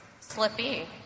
slippy